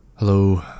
Hello